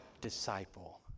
disciple